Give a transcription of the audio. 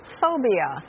Phobia